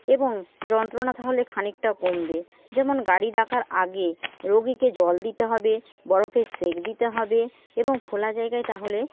এবং যন্ত্রনা তাহলে খানিকটা কমবে যেমন গাড়ি ডাকার আগে রোগীকে জল দিতে হবে বরফের সেঁক দিতে হবে এবং ফোলা জায়গায় তাহলে